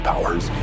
Powers